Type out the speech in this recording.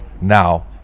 now